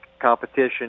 competition